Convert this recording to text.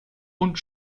und